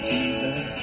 Jesus